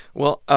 well, ah